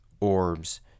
orbs